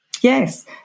Yes